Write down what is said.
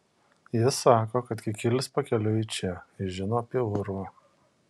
jis sako kad kikilis pakeliui į čia jis žino apie urvą